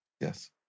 Yes